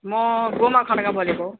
म गोमा खँड्का बोलेको